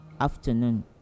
afternoon